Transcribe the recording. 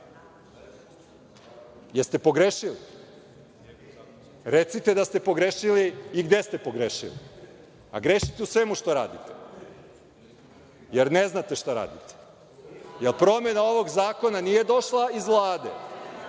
Jeste li pogrešili? Recite da ste pogrešili i gde ste pogrešili, a grešite u svemu što radite, jer ne znate šta radite. Promena ovog zakona nije došla iz Vlade,